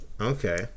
okay